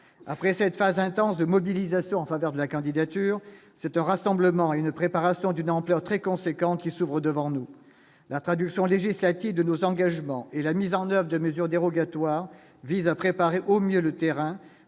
après cette phase intense de mobilisation en faveur de la candidature, c'est un rassemblement, une préparation d'une ampleur très conséquent qui s'ouvrent devant nous la traduction législative de nos engagements et la mise en oeuvre de mesures dérogatoires vise à préparer au mieux le terrain